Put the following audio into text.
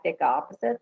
opposites